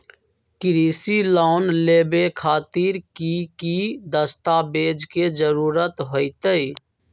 कृषि लोन लेबे खातिर की की दस्तावेज के जरूरत होतई?